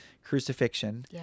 crucifixion